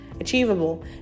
Achievable